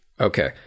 Okay